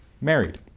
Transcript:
married